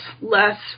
less